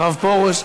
הרב פרוש,